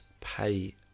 pay